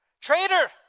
Traitor